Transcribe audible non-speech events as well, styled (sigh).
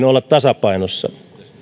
(unintelligible) olla tasapainossa